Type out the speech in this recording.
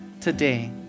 today